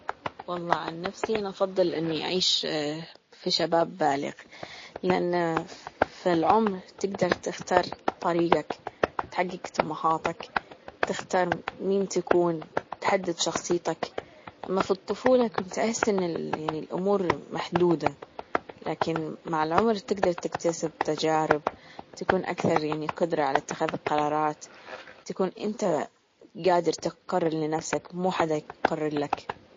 والله عن نفسي أنا أفضل إني أعيش في شباب بالغ لأنه في العمر تجدر تختار طريقك، تحجج طموحاتك، تختار مين تكون، تحدد شخصيتك أما في الطفولة كنت أحس إن الأمور محدودة لكن مع العمر تجدر تكتسب تجارب تكون أكثر يعني قدرة على إتخاذ القرارات تكون انت جادر تقرر لنفسك مو حدا يقرر لك.